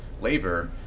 labor